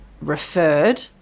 referred